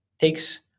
takes